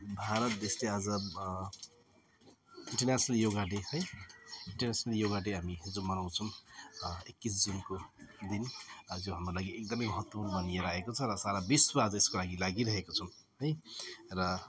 भारत देशले आज international yoga day है इन्टर्नेसनल योगा डे हामी जो मनाउँछौँ एक्काइस जुनको दिन आज हाम्रो लागि एकदम महत्त्वपूर्ण बनिरहेको छ र सारा विश्व आज यसको लागि लागिरहेको छौँ है र